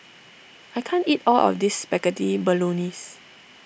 I can't eat all of this Spaghetti Bolognese